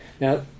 Now